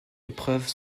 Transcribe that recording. épreuve